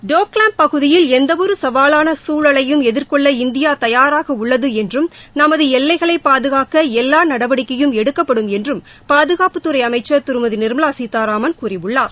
டோக்லாம் பகுதியில் எந்தவொரு சவாலான சூழலையும் எதிர்கொள்ள இந்தியா தயாராக உள்ளது என்றும் நமது எல்லைகளை பாதுகாக்க எல்லா நடவடிக்கையும் எடுக்க்ப்படும் என்றும் பாதுகாப்புத்துறை அமைச்சர் திருமதி நிர்மலா சீதாராமன் கூறியுள்ளார்